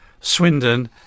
Swindon